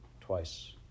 twice